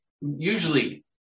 usually